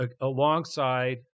alongside